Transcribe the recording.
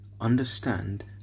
Understand